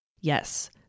Yes